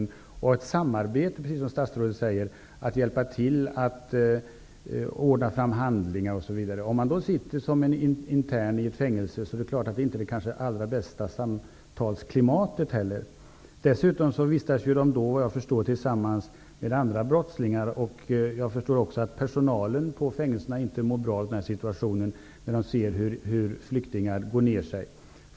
Där måste ju finnas ett samarbete, precis som statsrådet säger, att hjälpa till att ordna fram handlingar osv. Sitter då flyktingen som en intern i ett fängelse blir det inte det allra bästa samtalsklimatet. De vistas ju dessutom tillsammans med andra brottslingar. Jag förstår också att personalen på dessa fängelser inte mår bra av situationen när de ser hur flyktingar går ner sig.